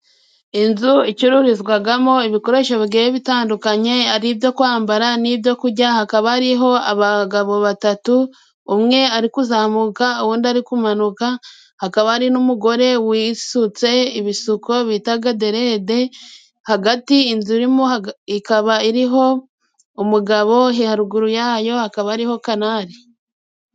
Inzu icururizwagamo ibikoresho bigiye bitandukanye， ari ibyo kwambara n'ibyo kurya， hakaba hariho abagabo batatu， umwe ari kuzamuka， uwundi ari kumanuka， hakaba hari n'umugore wisutse ibisuko bitaga derede， hagati inzu irimo ikaba iriho umugabo， haruguru yayo hakaba hariho canari.